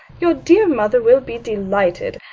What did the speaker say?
your dear mother will be delighted.